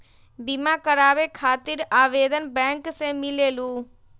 बिमा कराबे खातीर आवेदन बैंक से मिलेलु?